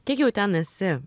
kiek jau ten esi